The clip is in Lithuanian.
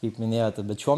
kaip minėjote bet šiuo